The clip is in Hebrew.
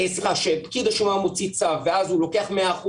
כשפקיד השומה מוציא צו ואז הוא לוקח 100%,